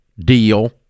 deal